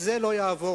זה לא יעבור.